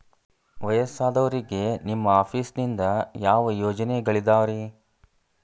ವಯಸ್ಸಾದವರಿಗೆ ನಿಮ್ಮ ಆಫೇಸ್ ನಿಂದ ಯಾವ ಯೋಜನೆಗಳಿದಾವ್ರಿ?